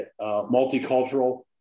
multicultural